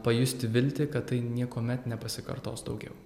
pajusti viltį kad tai niekuomet nepasikartos daugiau